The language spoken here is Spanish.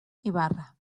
ibarra